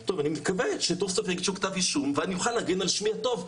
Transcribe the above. טוב אני מקווה שסוף סוף יגישו כתב אישום ואני אוכל להגן על שמי הטוב.